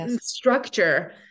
structure